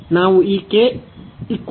ನಾವು ಈ ಅನ್ನು ಪಡೆಯುತ್ತೇವೆ